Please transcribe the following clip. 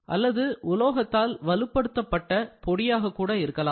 அல்லது உலோகத்தால் வலுப்படுத்தப்பட பொடியாக கூட இருக்கலாம்